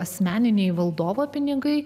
asmeniniai valdovo pinigai